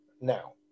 now